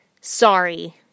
sorry